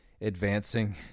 advancing